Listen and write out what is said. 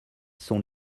sont